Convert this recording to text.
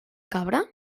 cabra